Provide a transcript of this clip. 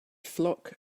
flock